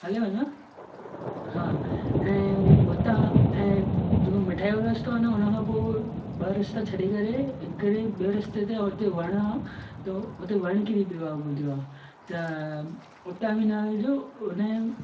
हलेव न हा ऐं उतां ऐं जेको मिठाई वारो रस्तो आहे न हुन खां पोइ ॿ रस्ता छॾे करे हिकिड़े ॿिए रस्ते ते हुते वणु आहे तो हुते वणु किरी पियो आहे ॿुधो आहे त उतां बि न हलिजो उन